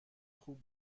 خوب